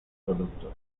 productos